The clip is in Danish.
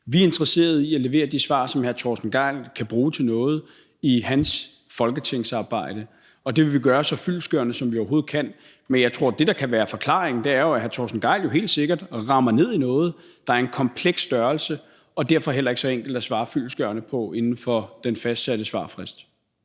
Vi er interesserede i at levere de svar, som hr. Torsten Gejl kan bruge til noget i hans folketingsarbejde, og det vil vi gøre så fyldestgørende, som vi overhovedet kan. Men jeg tror, at det, der kan være forklaringen, er, at hr. Torsten Gejl jo helt sikkert rammer ned i noget, der er en kompleks størrelse og derfor heller ikke så enkelt at svare fyldestgørende på inden for den fastsatte svarfrist.